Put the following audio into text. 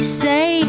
say